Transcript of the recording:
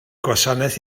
gwasanaeth